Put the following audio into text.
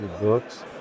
books